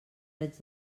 drets